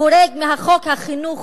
חורג מחוק החינוך,